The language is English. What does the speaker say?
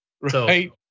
right